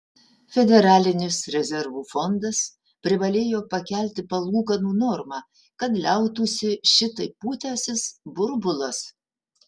federalinis rezervų fondas privalėjo pakelti palūkanų normą kad liautųsi šitaip pūtęsis burbulas